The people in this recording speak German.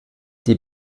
die